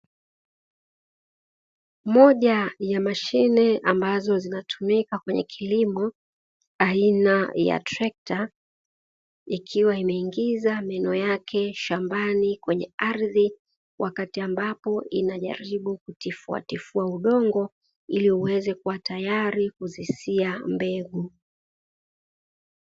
Moja ya mashine ambayo inatumika kwenye kilimo aina ya trekta, ikiwa inaingiza meno yake kwenye ardhi, ikitufua udongo ili iweze kuwa tayari kuzisia mbegu.